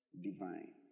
Divine